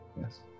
yes